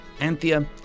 Anthea